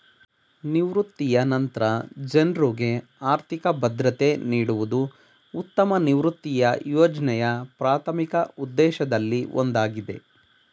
ನಿವೃತ್ತಿಯ ನಂತ್ರ ಜನ್ರುಗೆ ಆರ್ಥಿಕ ಭದ್ರತೆ ನೀಡುವುದು ಉತ್ತಮ ನಿವೃತ್ತಿಯ ಯೋಜ್ನೆಯ ಪ್ರಾಥಮಿಕ ಉದ್ದೇಶದಲ್ಲಿ ಒಂದಾಗಿದೆ